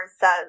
says